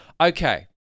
Okay